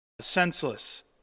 senseless